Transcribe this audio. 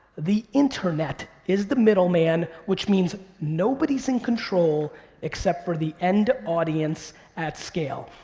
the internet is the middle man, which means nobody's in control except for the end audience at scale.